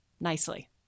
nicely